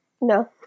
No